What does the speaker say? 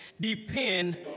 depend